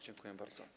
Dziękuję bardzo.